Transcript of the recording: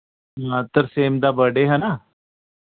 हां तरसेम दा बर्डे हा ना